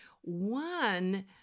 one